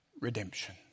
Redemption